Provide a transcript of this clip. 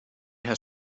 has